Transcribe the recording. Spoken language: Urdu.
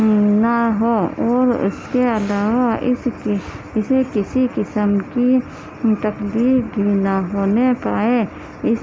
نہ ہو اور اس کے علاوہ اس کے اسے کسی قسم کی تکلیف بھی نہ ہونے پائے اس